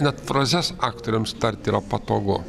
net frazes aktoriams tarti yra patogu